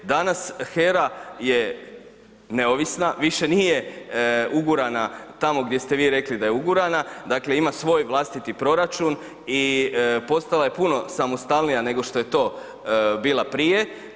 Danas HERA je neovisna, više nije ugurana tamo gdje ste vi rekli da je ugurana, dakle ima svoj vlastiti proračun i postala je puno samostalnija nego što je to bila prije.